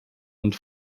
und